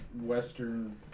Western